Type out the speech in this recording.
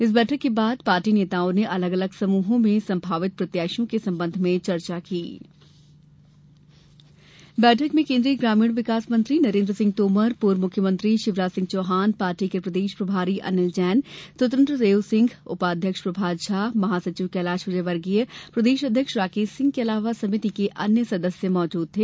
इस बैठक के बाद पार्टी नेताओं ने अलग अलग समूहों में संभावित प्रत्याशियों के संबंध में भी चर्चा की बैठक में केन्द्रीय ग्रामीण विकास मंत्री नरेन्द्र सिंह तोमर पूर्व मुख्यमंत्री शिवराज सिंह चौहान पार्टी के प्रदेश प्रभारी अनिल जैन स्वतंत्र देव सिंह उपाध्यक्ष प्रभात झा महासचिव कैलाश विजयवर्गीय प्रदेश अध्यक्ष राकेश सिंह के अलावा समिति के अन्य सदस्य भी मौजूद थे